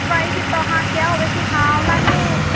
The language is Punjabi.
ਟਰਾਈ ਕੀਤਾ ਹਾਂ ਕਿਹਾ ਹੋਵੇ ਕਿ ਹਾਂ ਉਹਨਾਂ ਨੂੰ